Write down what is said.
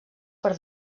per